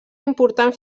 important